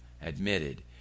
admitted